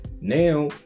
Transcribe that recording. Now